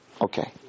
Okay